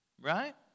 Right